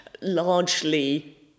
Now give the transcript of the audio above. largely